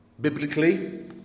Biblically